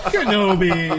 Kenobi